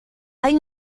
hay